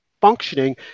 functioning